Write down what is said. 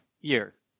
years